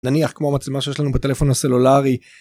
נניח כמו המצלמה שיש לנו בטלפון הסלולרי.